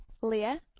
Leah